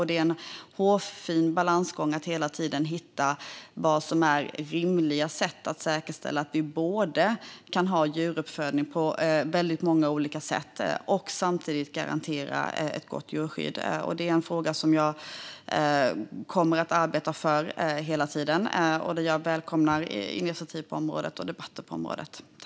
Det är en hårfin balansgång att hela tiden hitta rimliga sätt att säkerställa att vi kan ha djuruppfödning på många olika sätt och samtidigt garantera ett gott djurskydd. Detta är en fråga som jag kommer att arbeta för hela tiden, och jag välkomnar initiativ och debatter på området.